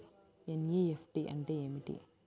NEFT అంటే ఏమిటీ?